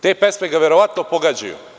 Te pesme ga verovatno pogađaju.